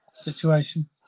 situation